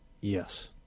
Yes